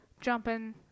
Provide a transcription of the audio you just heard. jumping